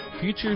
Future